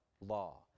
law